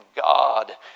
God